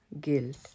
guilt